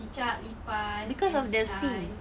cicak lipas then flies